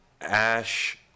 ash